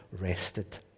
rested